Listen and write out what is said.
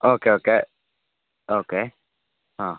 okay okay okay ആ